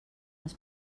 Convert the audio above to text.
els